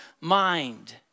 mind